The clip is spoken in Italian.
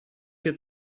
che